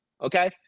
Okay